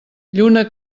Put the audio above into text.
lluna